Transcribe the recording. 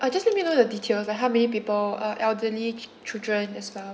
uh just let me know the details like how many people uh elderly children as well